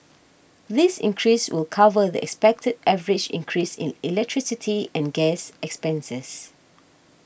this increase will cover the expected average increase in electricity and gas expenses